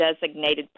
designated